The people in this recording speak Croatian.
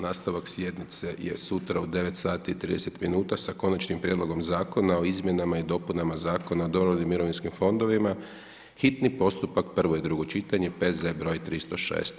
Nastavak sjednice je sutra u 9,30 minuta sa Konačnim prijedlogom zakona o izmjenama i dopunama Zakona o dobrovoljnim mirovinskim fondovima, hitni postupak, prvo i drugo čitanje, P.Z. broj 306.